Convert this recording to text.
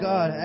God